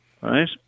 right